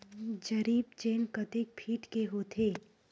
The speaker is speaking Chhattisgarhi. जरीब चेन कतेक फीट के होथे?